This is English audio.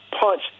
punch